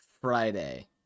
Friday